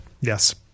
Yes